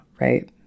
right